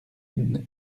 une